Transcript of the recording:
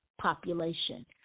population